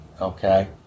Okay